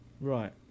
Right